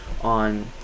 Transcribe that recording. on